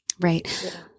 Right